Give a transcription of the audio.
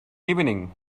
evening